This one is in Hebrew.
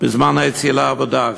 בזמן היציאה לעבודה.